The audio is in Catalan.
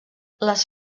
les